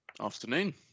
Afternoon